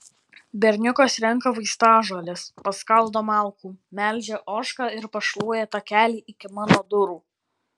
berniukas renka vaistažoles paskaldo malkų melžia ožką ir pašluoja takelį iki mano durų